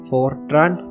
Fortran